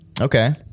okay